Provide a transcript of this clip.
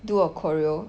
do a choreo